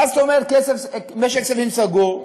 מה זאת אומרת, משק כספים סגור?